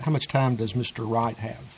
how much time does mr wright have